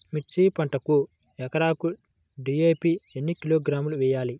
మిర్చి పంటకు ఎకరాకు డీ.ఏ.పీ ఎన్ని కిలోగ్రాములు వేయాలి?